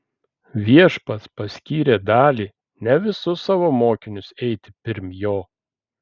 viešpats paskyrė dalį ne visus savo mokinius eiti pirm jo